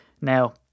Now